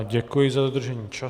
Děkuji za dodržení času.